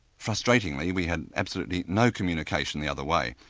frustratingly we had absolutely no communication the other way,